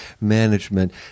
management